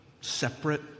separate